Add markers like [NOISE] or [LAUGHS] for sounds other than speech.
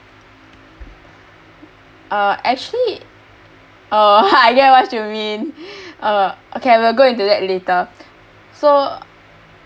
uh actually uh [LAUGHS] I get what you mean uh okay we'll go into that later so